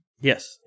Yes